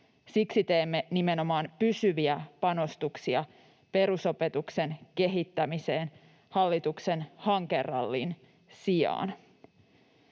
Siksi teemme nimenomaan pysyviä panostuksia perusopetuksen kehittämiseen hallituksen hankerallin sijaan.